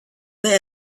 they